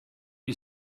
you